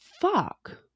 Fuck